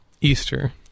Easter